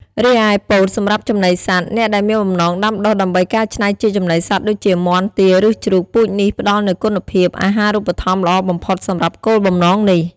រីឯពោតសម្រាប់ចំណីសត្វ អ្នកដែលមានបំណងដាំដុះដើម្បីកែច្នៃជាចំណីសត្វដូចជា មាន់ ទា ឬជ្រូក ពូជនេះផ្តល់នូវគុណភាពអាហារូបត្ថម្ភល្អបំផុតសម្រាប់គោលបំណងនេះ។